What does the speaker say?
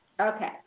Okay